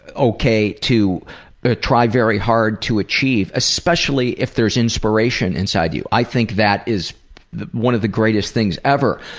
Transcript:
ok to try very hard to achieve, especially if there's inspiration inside you. i think that is one of the greatest things ever.